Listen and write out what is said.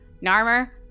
Narmer